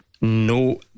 No